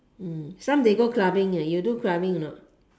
mm some they go clubbing you do clubbing or not